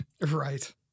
Right